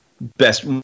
best